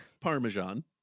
parmesan